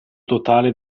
totale